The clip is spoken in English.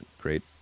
great